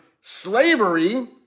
slavery